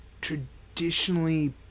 traditionally